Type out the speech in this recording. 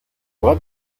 bras